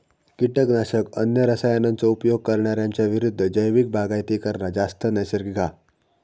किटकनाशक, अन्य रसायनांचो उपयोग करणार्यांच्या विरुद्ध जैविक बागायती करना जास्त नैसर्गिक हा